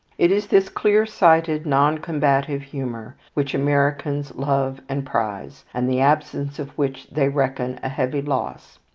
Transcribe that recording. it is this clear-sighted, non-combative humour which americans love and prize, and the absence of which they reckon a heavy loss.